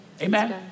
Amen